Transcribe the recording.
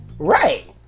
Right